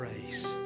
grace